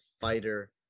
fighter